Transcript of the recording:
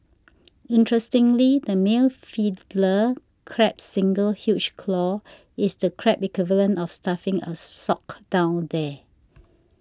interestingly the male Fiddler Crab's single huge claw is the crab equivalent of stuffing a sock down there